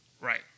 Right